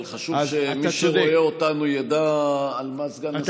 אבל חשוב שמי שרואה אותנו ידע על מה סגן השר עונה.